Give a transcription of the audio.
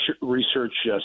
research